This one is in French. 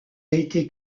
été